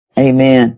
Amen